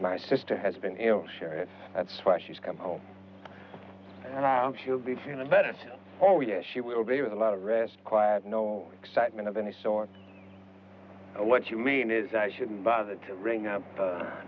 my sister has been sure that's why she's come home she'll be feeling better oh yes she will be with a lot of rest quiet no excitement of any sort what you mean is i shouldn't bother to bring up